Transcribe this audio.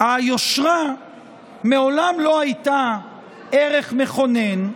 היושרה מעולם לא הייתה ערך מכונן,